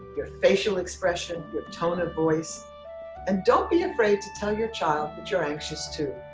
your facial expression, your tone of voice and don't be afraid to tell your child that you're anxious too.